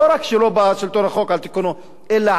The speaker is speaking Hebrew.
לא רק שלא בא שלטון החוק על תיקונו אלא